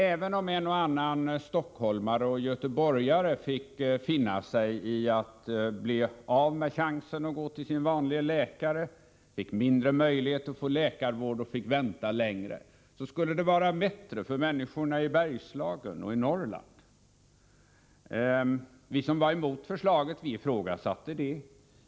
Även om en och annan stockholmare och göteborgare fick finna sig i att bli av med chansen att gå till sin vanliga läkare, fick mindre möjlighet att få läkarvård och fick vänta längre, skulle det vara bättre för människorna i Bergslagen och i Norrland. Vi som var emot förslaget ifrågasatte det.